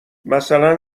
مثلا